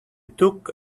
took